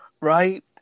Right